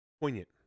poignant